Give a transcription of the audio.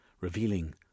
revealing